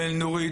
נורית,